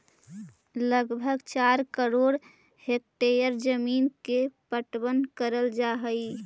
लगभग चार करोड़ हेक्टेयर जमींन के पटवन करल जा हई